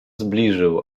zbliżył